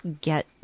get